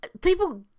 people